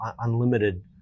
unlimited